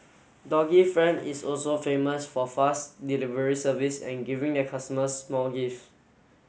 doggy friend is also famous for fast delivery service and giving their customers small gift